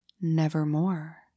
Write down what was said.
Nevermore